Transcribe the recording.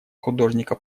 художника